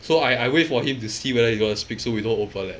so I I wait for him to see whether he gonna speak so we don't overlap